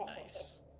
Nice